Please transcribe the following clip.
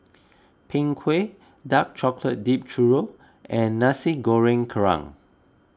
Png Kueh Dark Chocolate Dipped Churro and Nasi Goreng Kerang